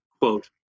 quote